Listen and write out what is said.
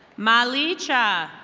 mali cha.